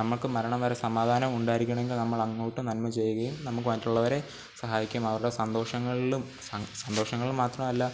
നമുക്ക് മരണം വരെ സമാധാനം ഉണ്ടായിരിക്കണമെങ്കിൽ നമ്മളങ്ങോട്ടു നന്മ ചെയ്യുകയും നമുക്ക് മറ്റുള്ളവരെ സഹായിക്കുകയും അവരുടെ സന്തോഷങ്ങളും സ സന്തോഷങ്ങളിൽ മാത്രമല്ല